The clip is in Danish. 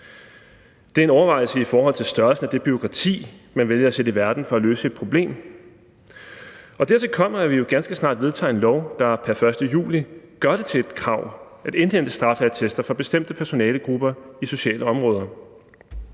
Det er en overvejelse i forhold til størrelsen af det bureaukrati, man vælger at sætte i verden for at løse et problem. Og dertil kommer, at vi jo ganske snart vedtager en lov, der pr. 1. juli gør det til et krav at indhente straffeattester for bestemte personalegrupper inden for de sociale områder.